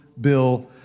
bill